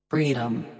freedom